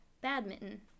Badminton